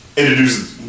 introduces